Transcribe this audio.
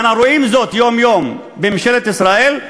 אנחנו רואים זאת יום-יום בממשלת ישראל,